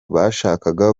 bashakaga